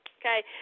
okay